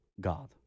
God